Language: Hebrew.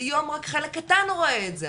היום רק חלק קטן רואה את זה,